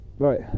Right